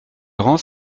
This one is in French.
rangs